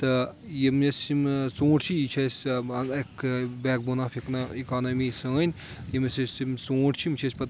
تہٕ یِیٚمس یِم ٲں ژوٗنٛٹھۍ چھِ یہِ چھِ اسہِ ٲں اکھ بیک بون آف اِکانومی سٲنۍ یِم اسہِ اسہِ یِم ژوٗنٛٹھۍ چھِ یِم چھِ أسۍ پَتہٕ